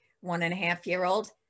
one-and-a-half-year-old